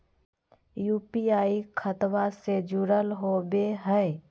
UPI खतबा से जुरल होवे हय?